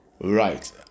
Right